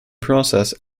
process